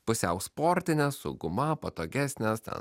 pusiau sportinės su guma patogesnės ten